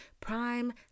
prime